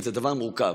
וזה דבר מורכב.